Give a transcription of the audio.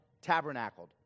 tabernacled